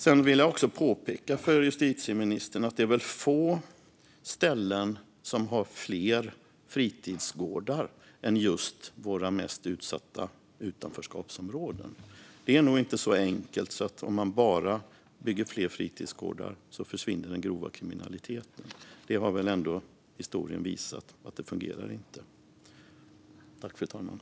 Jag vill också påpeka för justitieministern att det nog är få ställen som har fler fritidsgårdar än just våra mest utsatta utanförskapsområden. Det är nog inte så enkelt som att den grova kriminaliteten försvinner om man bara bygger fler fritidsgårdar - historien har väl ändå visat att detta inte fungerar.